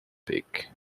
peak